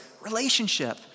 relationship